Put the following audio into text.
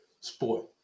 sport